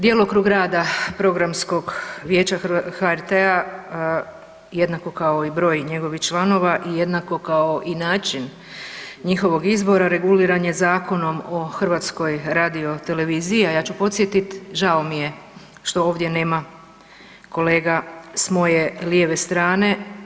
Djelokrug rada Programskog vijeća HRT-a jednako kao i broj njegovih članova i jednako kao i način njihovog izbora reguliran je Zakonom o HRT-u, a ja ću podsjetiti žao mi je što ovdje nema kolega s moje lijeve strane.